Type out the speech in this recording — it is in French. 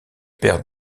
père